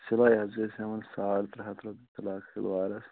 سِلٲے حظ چھِ أسۍ ہیٚوان ساڑ ترٛےٚ ہَتھ رۅپیہِ فِراکھ شِلوارس